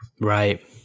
right